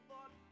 Lord